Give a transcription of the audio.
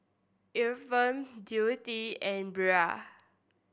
Efrem Dewitt and Brea